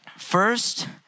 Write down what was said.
first